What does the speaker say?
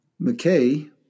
McKay